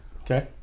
Okay